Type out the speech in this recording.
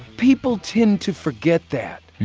people tend to forget that.